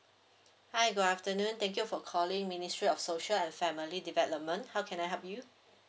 hi good afternoon thank you for calling ministry of social and family development how can I help you